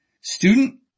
Student